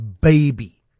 baby